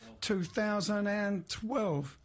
2012